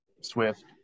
Swift